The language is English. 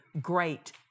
great